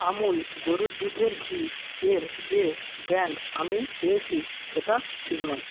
আমূল গরুর দুধের ঘি এর যে ব্র্যান্ড আমি পেয়েছি সেটা ঠিক নয়